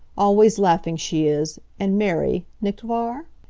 always laughing she is, and merry, nicht wahr?